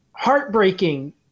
heartbreaking